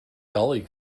gully